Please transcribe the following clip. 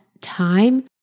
time